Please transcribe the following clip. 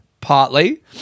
partly